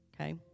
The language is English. okay